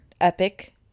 epic